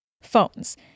Phones